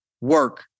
work